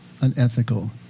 unethical